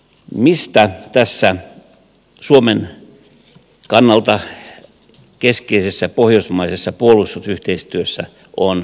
mistä tässä suomen kannalta keskeisessä pohjoismaisessa puolustusyhteistyössä on kysymys